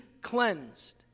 cleansed